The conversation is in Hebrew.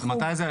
מתי זה היה?